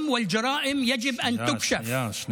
שנייה, שנייה.